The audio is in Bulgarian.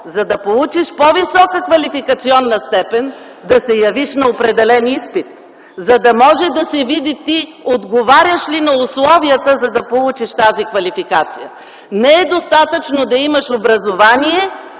за да получиш по-висока квалификационна степен, да се явиш на определен изпит, за да може да се види отговаряш ли на условията, за да получиш тази квалификация. Не е достатъчно да имаш образование,